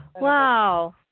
Wow